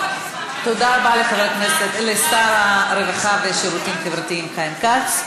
תודה רבה לשר הרווחה והשירותים החברתיים חיים כץ.